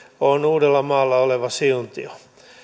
on uudellamaalla oleva siuntio